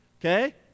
Okay